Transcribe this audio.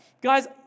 Guys